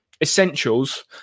essentials